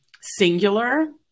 singular